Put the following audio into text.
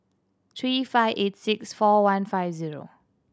three five eight six four one five zero